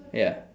ya